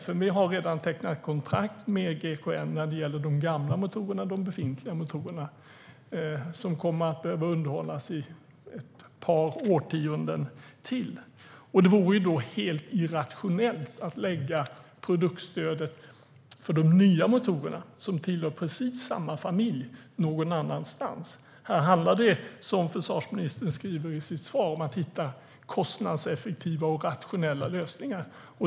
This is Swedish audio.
FMV har redan tecknat kontrakt med GKN när det gäller de gamla befintliga motorerna, som kommer att behöva underhållas i ett par årtionden till. Det vore då helt irrationellt att lägga produktstödet för de nya motorerna, som tillhör precis samma familj, någon annanstans. Här handlar det, som försvarsministern skriver i sitt svar, om att hitta kostnadseffektiva och rationella lösningar.